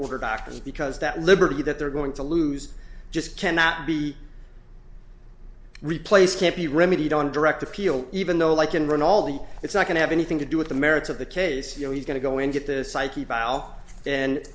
doctors because that liberty that they're going to lose just cannot be replaced can't be remedied on direct appeal even though like enron all the it's not going to have anything to do with the merits of the case you know he's going to go and get the psyche bile and